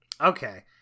Okay